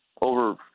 over